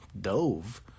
dove